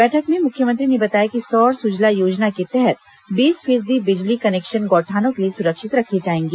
बैठक में मुख्यमंत्री ने बताया कि सौर सुजला योजना के तहत बीस फीसदी बिजली कनेक्शन गौठानों के लिए सुरक्षित रखे जाएंगे